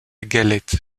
galette